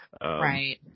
Right